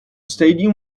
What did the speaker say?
stadium